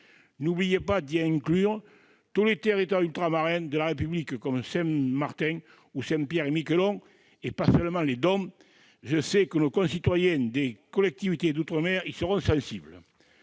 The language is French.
n'oubliez pas d'y inclure tous les territoires ultramarins de la République, comme Saint-Martin et Saint-Pierre-et-Miquelon, et pas seulement les départements d'outre-mer ; je sais que nos concitoyens des collectivités d'outre-mer y seront sensibles.